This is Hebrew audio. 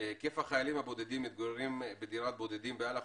החיילים הבודדים המתגוררים בדירת בודדים באל"ח